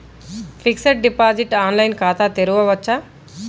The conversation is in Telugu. ఫిక్సడ్ డిపాజిట్ ఆన్లైన్ ఖాతా తెరువవచ్చా?